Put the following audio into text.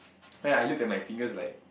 then I look at my fingers like